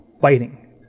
fighting